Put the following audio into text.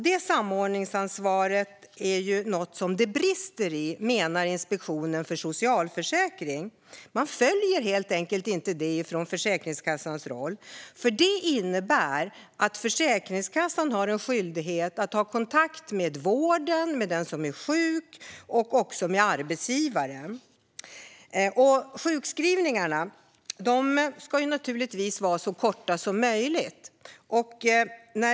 Det samordningsansvaret brister det i, menar Inspektionen för socialförsäkringen. Man lever helt enkelt inte upp till det från Försäkringskassans sida. Samordningsansvaret innebär att Försäkringskassan har en skyldighet att ha kontakt med vården, med den som är sjuk och också med arbetsgivaren. Sjukskrivningarna ska naturligtvis vara så korta som möjligt.